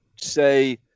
say